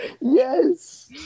Yes